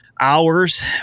hours